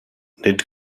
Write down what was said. nid